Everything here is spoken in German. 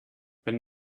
wenn